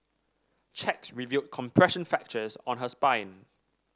checks revealed compression fractures on her spine